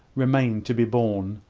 remained to be borne.